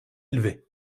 élevé